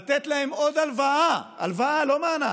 לתת להם עוד הלוואה, הלוואה, לא מענק,